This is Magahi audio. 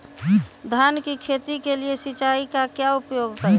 धान की खेती के लिए सिंचाई का क्या उपयोग करें?